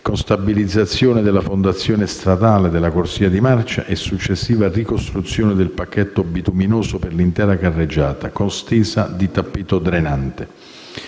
con stabilizzazione della fondazione stradale della corsia di marcia e successiva ricostruzione del pacchetto bituminoso per l'intera carreggiata, con stesa di tappeto drenante.